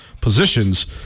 positions